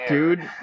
Dude